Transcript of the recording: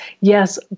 yes